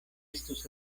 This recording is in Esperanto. estus